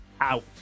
out